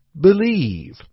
believe